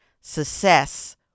success